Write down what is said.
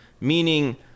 meaning